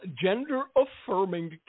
gender-affirming